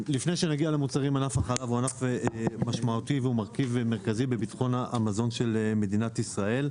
ענף החלב הוא ענף משמעותי ומרכיב מרכזי בביטחון המזון של מדינת ישראל.